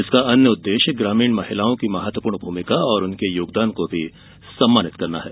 इसका अन्य उद्देश्य ग्रामीण महिलाओं की महत्वपूर्ण भूमिका और उनके योगदान को भी सम्मानित करना है